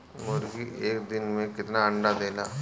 मुर्गी एक दिन मे कितना अंडा देला?